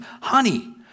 honey